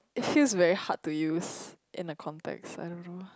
it's still very hard to use in a contact I don't know